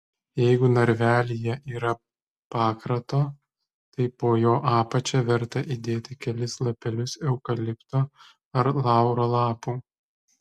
jeigu narvelyje yra pakrato tai po jo apačia verta įdėti kelis lapelius eukalipto ar lauro lapų